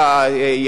זה אני לא רוצה.